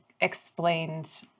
explained